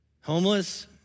homeless